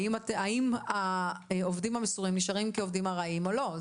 האם העובדים המסורים נשארים כעובדים ארעיים או לא,